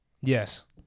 yes